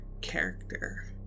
character